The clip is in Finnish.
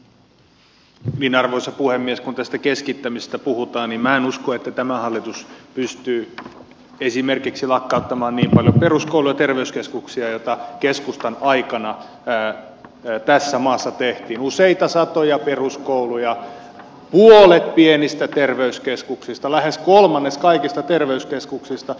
kun tästä keskittämisestä puhutaan niin minä en usko että tämä hallitus pystyy esimerkiksi lakkauttamaan niin paljon peruskouluja ja terveyskeskuksia kuin keskustan aikana tässä maassa tehtiin useita satoja peruskouluja puolet pienistä terveyskeskuksista lähes kolmannes kaikista terveyskeskuksista